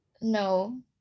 No